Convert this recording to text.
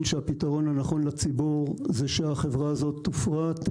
שהפתרון הנכון לציבור הוא שהחברה הזאת תופרט.